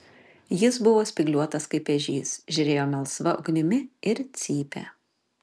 jis buvo spygliuotas kaip ežys žėrėjo melsva ugnimi ir cypė